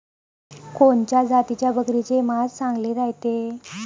कोनच्या जातीच्या बकरीचे मांस चांगले रायते?